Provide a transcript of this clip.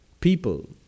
people